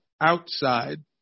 outside